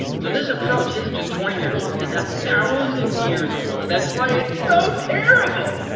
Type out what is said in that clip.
so this approach isn't just twenty years old, it's a thousand years old and that's why it's so terrible.